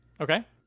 Okay